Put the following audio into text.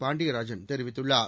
பாண்டியராஜன் தெரிவித்துள்ளார்